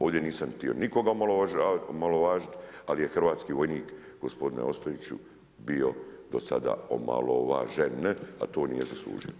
Ovdje nisam htio nikoga omalovažavat, ali je hrvatski vojnik gospodine Ostojiću bio do sada omalovažen, a to nije zaslužio.